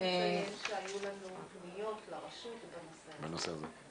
אני רק רוצה לציין שהיו לנו פניות לרשות בנושא הזה.